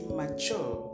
mature